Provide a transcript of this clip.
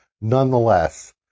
Nonetheless